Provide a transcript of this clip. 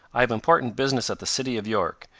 i have important business at the city of york,